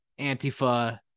Antifa